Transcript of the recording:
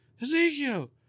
Ezekiel